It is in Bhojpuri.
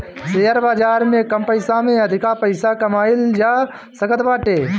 शेयर बाजार में कम समय में अधिका पईसा कमाईल जा सकत बाटे